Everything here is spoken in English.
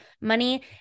money